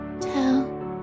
Tell